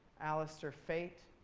allister? fate.